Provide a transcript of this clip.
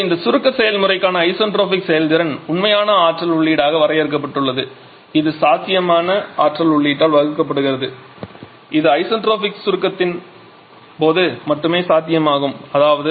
இப்போது இந்த சுருக்க செயல்முறைக்கான ஐசென்ட்ரோபிக் செயல்திறன் உண்மையான ஆற்றல் உள்ளீடாக வரையறுக்கப்பட்டுள்ளது இது சாத்தியமான ஆற்றல் உள்ளீட்டால் வகுக்கப்படுகிறது இது ஐசென்ட்ரோபிக் சுருக்கத்தின் போது மட்டுமே சாத்தியமாகும் அதாவது